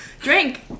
Drink